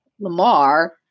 Lamar